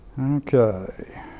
Okay